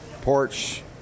porch